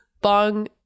Bong